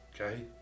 Okay